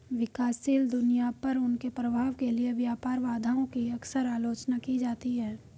विकासशील दुनिया पर उनके प्रभाव के लिए व्यापार बाधाओं की अक्सर आलोचना की जाती है